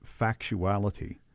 factuality